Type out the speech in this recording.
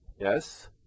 yes